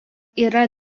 yra